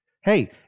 hey